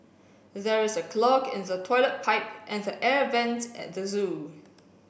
there is a clog in the toilet pipe and the air vents at the zoo